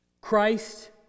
Christ